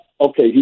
okay